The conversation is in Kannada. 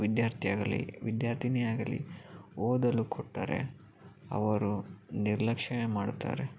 ವಿದ್ಯಾರ್ಥಿ ಆಗಲಿ ವಿದ್ಯಾರ್ಥಿನಿ ಆಗಲಿ ಓದಲು ಕೊಟ್ಟರೆ ಅವರು ನಿರ್ಲಕ್ಷ್ಯವೇ ಮಾಡುತ್ತಾರೆ